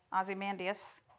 Ozymandias